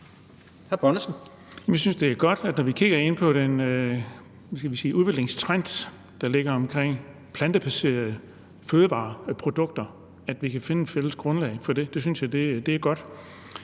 Jeg synes, det er godt, at vi, når vi kigger på den udviklingstrend, der er med plantebaserede fødevareprodukter, kan finde et fælles grundlag for det. Det synes jeg er godt.